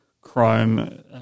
Chrome